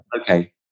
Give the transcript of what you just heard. Okay